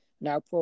Now